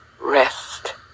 rest